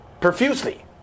profusely